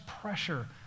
pressure